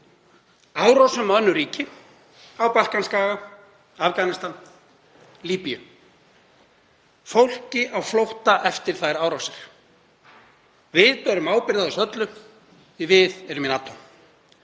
árásum á önnur ríki, á Balkanskaga, Afganistan, Líbíu, fólki á flótta eftir þær árásir. Við berum ábyrgð á þessu öllu því að við erum í NATO.